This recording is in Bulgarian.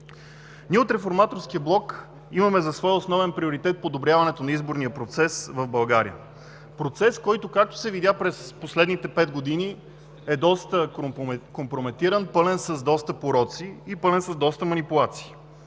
Ние от Реформаторския блок имаме за свой основен приоритет подобряването на изборния процес в България – процес, който, както се видя през последните пет години, е доста компрометиран, пълен с доста пороци и манипулации.